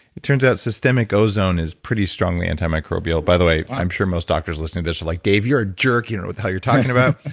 it turns out systemic ozone is pretty strongly antimicrobial. by the way, i'm sure most doctors listening to this are like, dave, you're a jerk. you don't know what the hell you're talking about.